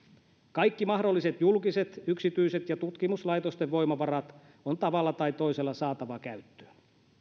kaikki mahdolliset julkiset yksityiset ja tutkimuslaitosten voimavarat on tavalla tai toisella saatava käyttöön